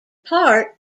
part